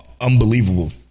unbelievable